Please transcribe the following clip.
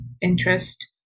interest